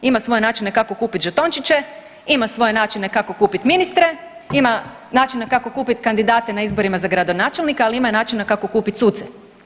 Ima svoj načine kako kupiti žetončiće, ima svoje načine kako kupiti ministre, ima načine kako kupiti kandidate na izborima za gradonačelnika ali ima i načina kako kupiti suce.